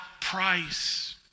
price